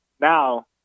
now